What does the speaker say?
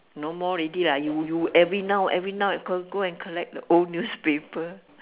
no more already lah you you every now every now go go and collect the old newspaper